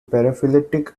paraphyletic